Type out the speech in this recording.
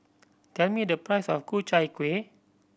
tell me the price of Ku Chai Kuih